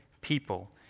people